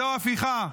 זו הפיכה,